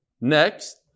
next